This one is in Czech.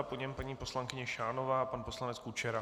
Po něm paní poslankyně Šánová a pan poslanec Kučera.